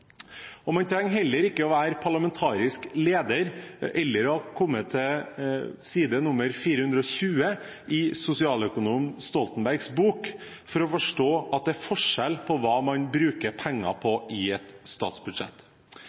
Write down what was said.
valget. Man trenger heller ikke å være parlamentarisk leder eller å ha kommet til side 420 i sosialøkonom Stoltenbergs bok for å forstå at det er forskjell på hva man bruker penger på i et statsbudsjett.